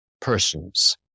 persons